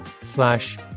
slash